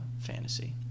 fantasy